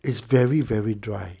is very very dry